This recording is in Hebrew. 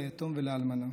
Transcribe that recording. ליתום ולאלמנה,